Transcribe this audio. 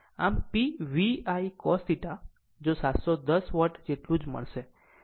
આમ P VI cos θ જો 710 watt જેટલું જ મળશે